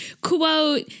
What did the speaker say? quote